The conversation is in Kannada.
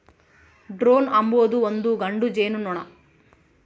ಡ್ರೋನ್ ಅಂಬೊದು ಒಂದು ಗಂಡು ಜೇನುನೊಣ